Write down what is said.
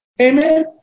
Amen